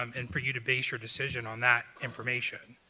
um and for you to base your decision on that information.